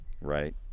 right